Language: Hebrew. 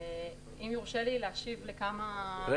אם יורשה לי להשיב -- לא,